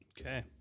Okay